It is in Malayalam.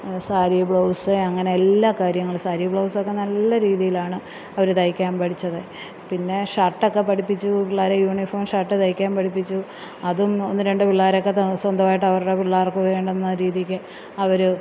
സാരി ബ്ലൗസ് അങ്ങനെ എല്ലാ കാര്യങ്ങളും സാരി ബ്ലൗസൊക്കെ നല്ല രീതിയിലാണ് അവര് തയിക്കാൻ പഠിച്ചത് പിന്നെ ഷർട്ടൊക്കെ പഠിപ്പിച്ചു പിള്ളേരുടെ യൂണീഫോം ഷര്ട്ട് തയിക്കാൻ പഠിപ്പിച്ചു അതും ഒന്ന് രണ്ട് പിള്ളേരൊക്കെ തന്നെ സ്വന്തമായിട്ട് അവരുടെ പിള്ളേർക്ക് വേണ്ടുന്ന രീതിക്ക് അവര്